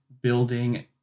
building